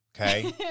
Okay